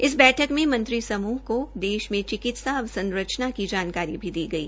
इस बैठक में मंत्री समूह को देश मे चिकित्सा अवसंरचना की जानकारी भी दी गई